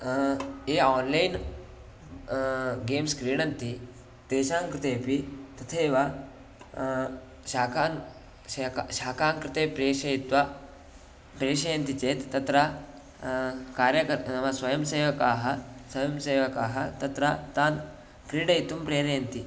ये online games क्रीडन्ति तेषां कृतेपि तथैव शाखान् शाखा शाखा कृते प्रेषयित्वा प्रेषयन्ति चेत् तत्र कार्यकर्ता नाम स्वयं सेवकाः स्वयं सेवकाः तत्र तान् क्रीडयितुं प्रेरयन्ति